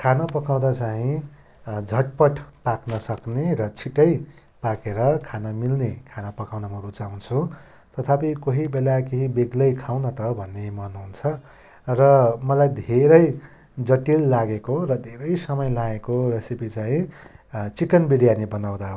खाना पकाउँदा चाहिँ झटपट पाक्नसक्ने र छिट्टै पाकेर खानमिल्ने खाना पकाउन म रुचाउँछु तथापि कोही बेला केही बेग्लै खाउँ न त भन्ने मन हुन्छ र मलाई धेरै जटिल लागेको र धेरै समय लागेको रेसिपी चाहिँ चिकन बिरयानी बनाउँदा हो